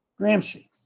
Gramsci